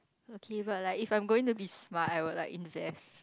okay but like if I'm going to be smart I will like invest